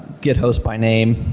get host by name.